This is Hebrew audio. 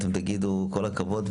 אתם תגידו "כל הכבוד,